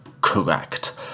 correct